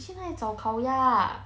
你去哪里找烤鸭